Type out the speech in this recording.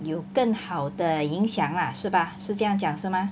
有更好的影响 lah 是吧是这样讲是吗